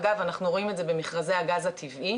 אגב, אנחנו רואים את זה במכרזי הגז הטבעי.